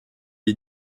est